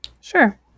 Sure